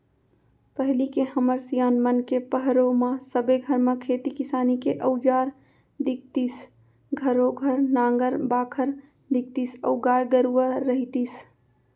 पहिली के हमर सियान मन के पहरो म सबे घर म खेती किसानी के अउजार दिखतीस घरों घर नांगर बाखर दिखतीस अउ गाय गरूवा रहितिस